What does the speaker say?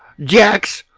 jacks,